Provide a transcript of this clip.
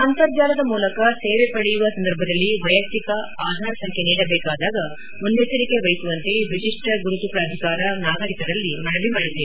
ಅಂತರ್ಜಾಲದ ಮೂಲಕ ಸೇವೆ ಪಡೆಯುವ ಸಂದರ್ಭದಲ್ಲಿ ವೈಯಕ್ತಿಕ ಆಧಾರ್ ಸಂಖ್ಯೆ ನೀಡಬೇಕಾದಾಗ ಮುನ್ನೆಚ್ಚರಿಕೆ ವಹಿಸುವಂತೆ ವಿಶಿಷ್ಟ ಗುರುತು ಪ್ರಾಧಿಕಾರ ನಾಗರಿಕರಲ್ಲಿ ಮನವಿ ಮಾಡಿದೆ